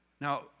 Now